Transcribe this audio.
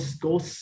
go